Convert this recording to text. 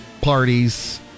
parties